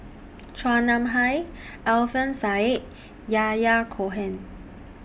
Chua Nam Hai Alfian Sa'at and Yahya Cohen